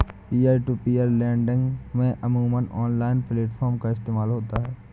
peer to peer lending में अमूमन online platform का इस्तेमाल होता है